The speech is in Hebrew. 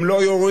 הם לא יורים,